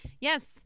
Yes